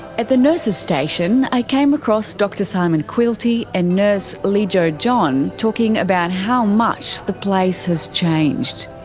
at the nurses station i came across dr simon quilty and nurse lejo john talking about how much the place has changed.